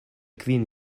kvin